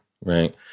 right